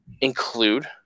include